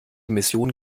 mission